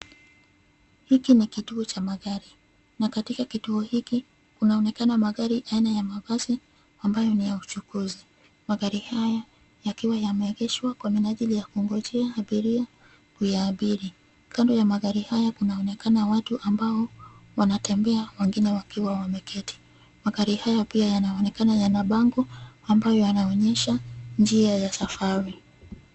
Hiki ni kituo cha magari, na katika kituo hiki, kunaonekana magari aina ya mabasi, ambayo ni ya uchukuzi, magari haya, yakiwa yameegeshwa kwa minajili ya kungojea abiria, kuyaabiri, kando ya magari haya kunaonekana watu ambao, wanatembea wengine wakiwa wameketi, magari haya pia yanaonekana yana bango, ambayo yanaonyesha, njia ya safari.